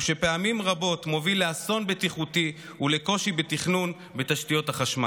שפעמים רבות מוביל לאסון בטיחותי ולקושי בתכנון תשתיות החשמל.